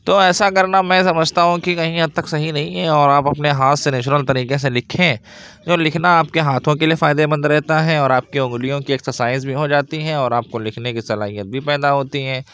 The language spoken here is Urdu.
تو ایسا کرنا میں سمجھتا ہوں کہ کہیں حد تک صحیح نہیں ہے اور آپ اپنے ہاتھ سے نیچرل طریقے سے لکھیں جو لکھنا آپ کے ہاتھوں کے لیے فائدے مند رہتا ہے اور آپ کے انگلیوں کی ایکسرسائز بھی ہو جاتی ہے اور آپ کو لکھنے کی صلاحیت بھی پیدا ہوتی ہے